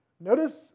Notice